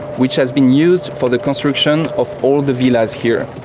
which has been used for the construction of all the villas here.